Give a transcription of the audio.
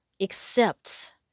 accepts